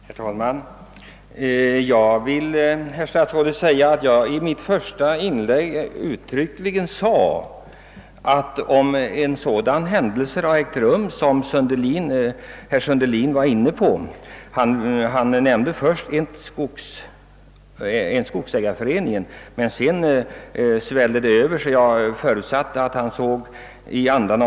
Herr talman! Jag vill till: herr statsrådet säga att jag i mitt första inlägg uttryckligen förklarade att om:en sådan händelse inträffat som herr Sundelin omnämnde kan jag inte anse :att det är försvarbart. Skillnaden. är bara att herr Sundelin liksom : ville sätta likhetstecken.